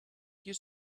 you